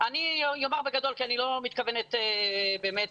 אומר בגדול כי אני לא מתכוונת באמת